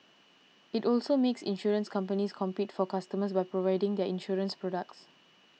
it also makes insurance companies compete for customers by providing their insurance products